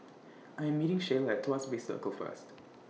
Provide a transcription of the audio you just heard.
I Am meeting Shayla At Tuas Bay Circle First